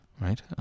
right